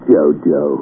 Jojo